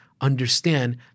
understand